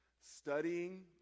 Studying